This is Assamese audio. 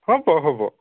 হ'ব হ'ব